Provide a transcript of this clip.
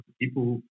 people